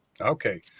okay